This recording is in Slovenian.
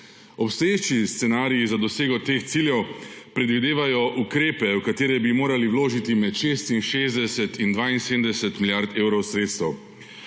Obstoječi scenariji za dosego teh ciljev predvidevajo ukrepe, v katere bi morali vložiti med 66 in 72 milijard evrov sredstev.